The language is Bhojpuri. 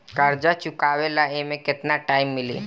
कर्जा चुकावे ला एमे केतना टाइम मिली?